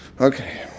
Okay